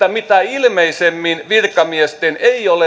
ilmeisimmin virkamiesten